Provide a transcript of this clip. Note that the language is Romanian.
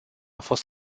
fost